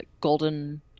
golden